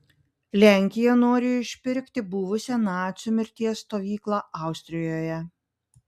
lenkija nori išpirkti buvusią nacių mirties stovyklą austrijoje